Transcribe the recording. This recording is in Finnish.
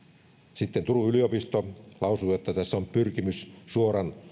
sitten turun yliopisto lausui että tässä on pyrkimys suoran